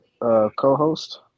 co-host